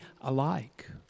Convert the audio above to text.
alike